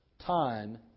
Time